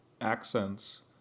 accents